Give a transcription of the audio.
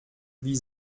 wie